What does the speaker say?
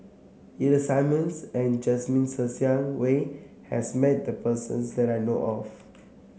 Ida Simmons and Jasmine Ser Xiang Wei has met the persons that I know of